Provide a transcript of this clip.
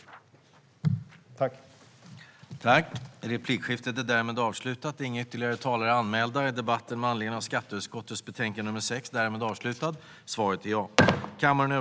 Skatteavtal mellan Sverige samt Storbritannien och Nordirland